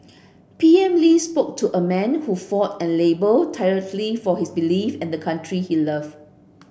P M Lee spoke to a man who fought and laboured tirelessly for his belief and the country he loved